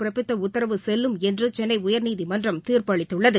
பிறப்பித்த உத்தரவு செல்லும் என்று சென்னை உயா்நீதிமன்றம் தீாப்பளித்துள்ளது